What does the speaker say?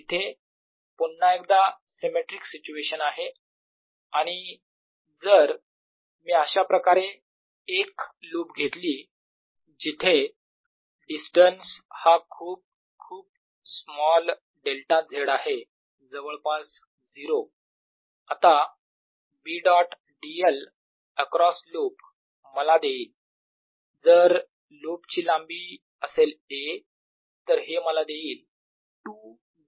इथे पुन्हा एकदा सिमेट्रिक सिच्युएशन आहे आणि जर मी अशाप्रकारे एक लूप घेतली जिथे डिस्टन्स हा खुप खुप स्मॉल डेल्टा z आहे जवळपास 0 आता B dot dl across loop मला देईल जर लूप ची लांबी असेल a तर हे मला देईल 2Ba